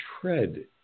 tread